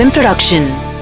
Production